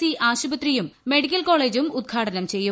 C ആശുപത്രിയും medical കോളേജും ഉദ്ഘാടനം ചെയ്യും